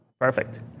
Perfect